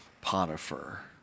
Potiphar